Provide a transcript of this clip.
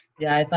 yeah,